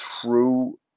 true